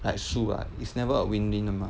like it's never a win win 的 mah